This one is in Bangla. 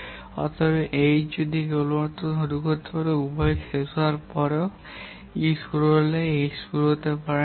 এর অর্থটি H কেবলমাত্র শুরু করতে পারে উভয় কাজ শেষ হওয়ার পরেও E শুরু হলে H শুরু হতে পারে না